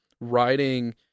writing